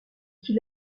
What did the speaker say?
qu’il